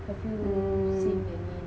hmm